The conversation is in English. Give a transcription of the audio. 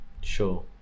Sure